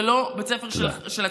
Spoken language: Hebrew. ולא בית ספר של הקיץ.